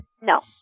No